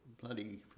bloody